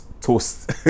toast